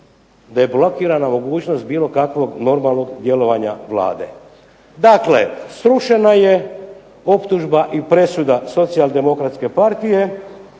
da je blokirana mogućnost bilo kakvog normalnog djelovanja Vlade. Dakle, srušena je optužba i presuda Socijaldemokratske partije